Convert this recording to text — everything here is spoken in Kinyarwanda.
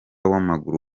w’amaguru